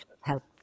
help